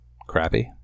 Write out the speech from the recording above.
crappy